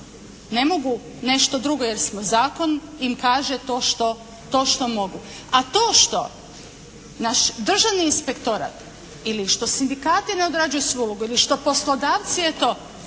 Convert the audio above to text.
Ne mogu nešto drugo jer zakon im kaže to što mogu. A to što naš Državni inspektora ili što sindikati ne odrađuju svoju ulogu, ili što poslodavci nisu